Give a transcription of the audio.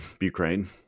Ukraine